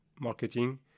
marketing